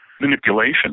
manipulation